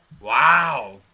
Wow